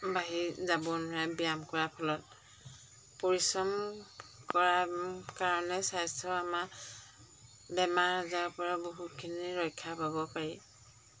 বাঢ়ি যাব নোৱাৰে ব্যায়াম কৰা ফলত পৰিশ্ৰম কৰা কাৰণে স্বাস্থ্য আমাৰ বেমাৰ আজাৰৰ পৰা বহুতখিনি ৰক্ষা পাব পাৰি